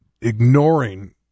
ignoring